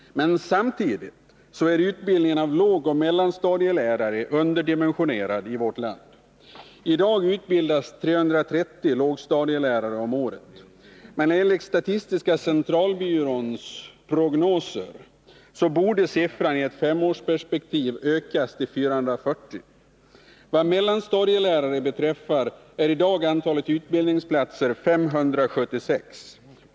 Samtidigt är utbildningen av lågoch mellanstadielärare underdimensionerad i vårt land. I dag utbildas 330 lågstadielärare om året. Enligt statistiska centralbyråns prognoser borde den siffran i ett femårsperspektiv ökas till 440. Vad mellanstadielärare beträffar är i dag antalet utbildningsplatser 576.